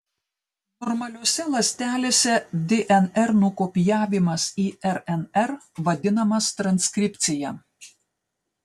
normaliose ląstelėse dnr nukopijavimas į rnr vadinamas transkripcija